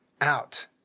Out